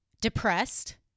depressed